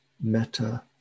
meta